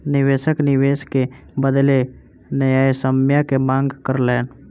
निवेशक निवेश के बदले न्यायसम्य के मांग कयलैन